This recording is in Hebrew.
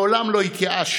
מעולם לא התייאשנו,